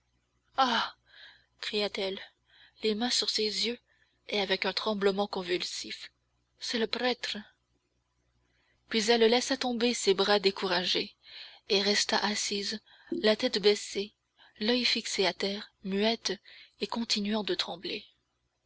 cria-t-elle les mains sur ses yeux et avec un tremblement convulsif c'est le prêtre puis elle laissa tomber ses bras découragés et resta assise la tête baissée l'oeil fixé à terre muette et continuant de trembler